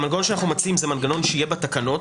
המנגנון שאנחנו מציעים הוא מנגנון שיהיה בתקנות,